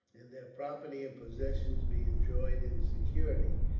and their property and possessions be enjoyed in security.